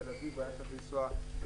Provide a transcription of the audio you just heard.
מתל אביב הוא היה צריך לנסוע לז'בוטינסקי,